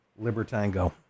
libertango